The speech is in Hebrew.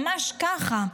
ממש ככה.